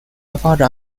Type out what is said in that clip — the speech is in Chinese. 发展